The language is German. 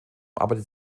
arbeitet